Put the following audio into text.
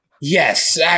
Yes